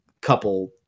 couple